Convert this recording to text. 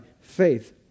faith